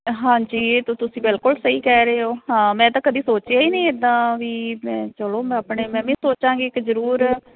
ਹਾਂਜੀ ਇਹ ਤਾਂ ਤੁਸੀਂ ਬਿਲਕੁਲ ਸਹੀ ਕਹਿ ਰਹੇ ਹੋ ਹਾਂ ਮੈਂ ਤਾਂ ਕਦੀ ਸੋਚਿਆ ਹੀ ਨਹੀਂ ਇੱਦਾਂ ਵੀ ਚਲੋ ਮੈਂ ਆਪਣੇ ਮੈਂ ਵੀ ਸੋਚਾਂਗੀ ਇੱਕ ਜ਼ਰੂਰ